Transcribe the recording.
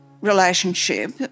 relationship